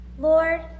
Lord